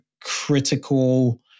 critical